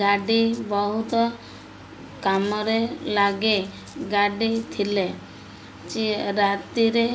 ଗାଡ଼ି ବହୁତ କାମରେ ଲାଗେ ଗାଡି ଥିଲେ ଯିଏ ରାତିରେ